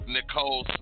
Nicole